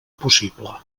possible